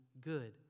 good